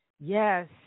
Yes